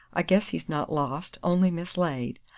i guess he's not lost only mislaid.